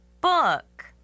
book